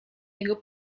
jego